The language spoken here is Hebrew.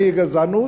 מהי גזענות,